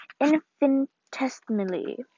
Infinitesimally